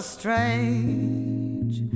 strange